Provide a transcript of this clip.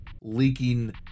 leaking